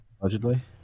Allegedly